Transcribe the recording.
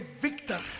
victor